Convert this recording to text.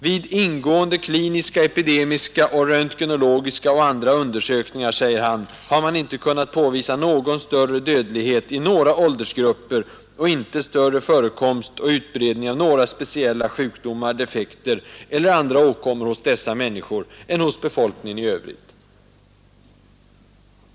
Vid ingående kliniska, epidemiologiska, röntgenologiska och andra undersökningar har man inte kunnat påvisa större dödlighet i några åldersgrupper och inte större förekomst och utredning av några speciella sjukdomar, defekter eller andra åkommor hos dessa människor än hos befolkningen i övrigt.